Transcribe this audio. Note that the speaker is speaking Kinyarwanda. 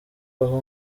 aho